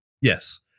Yes